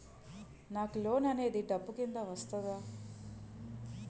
నాకు లోన్ అనేది డబ్బు కిందా వస్తుందా?